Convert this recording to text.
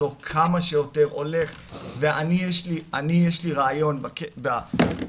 לפחות מנסה לעזור כמה שיותר ואני יש לי רעיון בחינוך.